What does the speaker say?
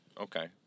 Okay